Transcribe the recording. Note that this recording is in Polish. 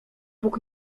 bóg